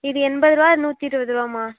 இது எண்பது ரூபா இது நூற்றி இருபது ருபாம்மா